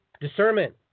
discernment